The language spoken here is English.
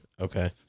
Okay